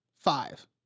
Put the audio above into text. five